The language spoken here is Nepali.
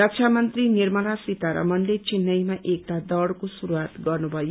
रक्षामन्त्री निर्मला सीतारामनले चेन्नईमा एकता दौड़को शुरूआत गर्नुभयो